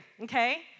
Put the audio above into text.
okay